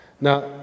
Now